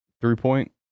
three-point